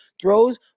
throws